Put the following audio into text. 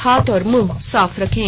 हाथ और मुंह साफ रखें